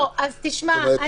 כלומר,